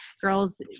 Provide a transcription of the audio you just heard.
girls